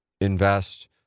invest